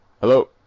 Hello